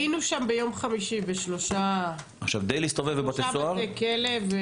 היינו שם ביום חמישי בשלושה בתי כלא.